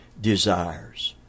desires